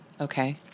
Okay